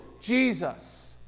Jesus